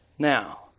Now